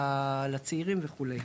בשפה ולצעירים וכו'.